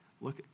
Look